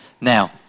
Now